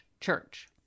church